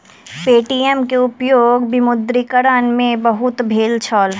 Paytm के उपयोग विमुद्रीकरण में बहुत भेल छल